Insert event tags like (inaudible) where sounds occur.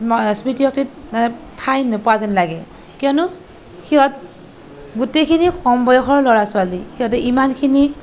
স্মৃতি শক্তিত (unintelligible) ঠাই নোপোৱা যেন লাগে কিয়নো সিহঁত গোটেইখিনি কম বয়সৰ ল'ৰা ছোৱালী সিহঁতে ইমানখিনি